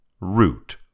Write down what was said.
Root